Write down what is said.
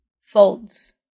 folds